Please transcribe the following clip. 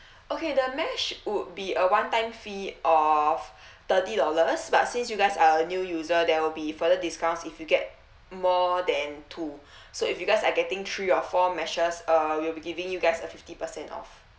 okay the mesh would be a one time fee of thirty dollars but since you guys are a new user then will be further discounts if you get more than two so if you guys are getting three or four meshes uh we'll be giving you guys a fifty percent off